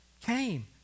came